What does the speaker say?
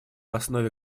основе